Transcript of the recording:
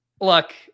look